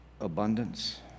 abundance